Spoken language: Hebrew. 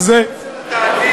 היא התכוונה לשם של התאגיד.